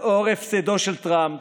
לאור הפסדו של טראמפ